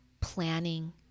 planning